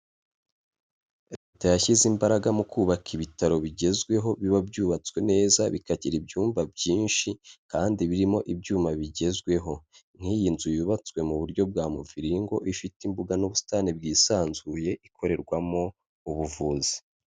Leta yashyize imbaraga mu kubaka ibitaro bigezweho biba byubatswe neza bikagira ibyumba byinshi kandi birimo ibyuma bigezweho, nk'iyi nzu yubatswe mu buryo bwa muviringo ifite imbuga n'ubusitani bwisanzuye ikorerwamo ubuvuzi.